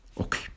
Okay